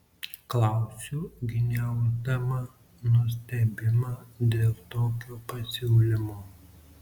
klausiu gniauždama nustebimą dėl tokio pasiūlymo